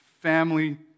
family